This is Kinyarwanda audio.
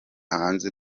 hanze